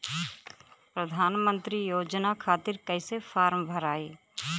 प्रधानमंत्री योजना खातिर कैसे फार्म भराई?